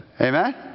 Amen